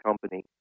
company